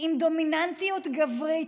עם דומיננטיות גברית,